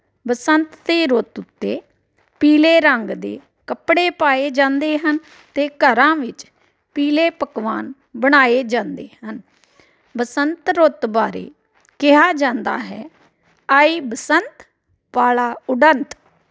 ਬਸੰਤ ਤੇ ਰੁੱਤ ਉੱਤੇ ਪੀਲੇ ਰੰਗ ਦੇ ਕੱਪੜੇ ਪਾਏ ਜਾਂਦੇ ਹਨ ਅਤੇ ਘਰਾਂ ਵਿੱਚ ਪੀਲੇ ਪਕਵਾਨ ਬਣਾਏ ਜਾਂਦੇ ਹਨ ਬਸੰਤ ਰੁੱਤ ਬਾਰੇ ਕਿਹਾ ਜਾਂਦਾ ਹੈ ਆਈ ਬਸੰਤ ਪਾਲਾ ਉਡੰਤ